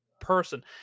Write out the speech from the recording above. person